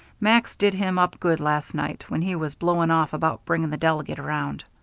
max did him up good last night, when he was blowing off about bringing the delegate around.